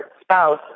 spouse